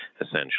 essentially